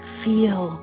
feel